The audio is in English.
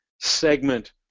segment